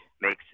makes